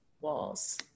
walls